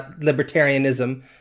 libertarianism